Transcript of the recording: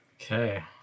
Okay